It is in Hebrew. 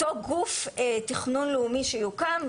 אותו גוף תכנון לאומי שיוקם,